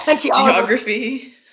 Geography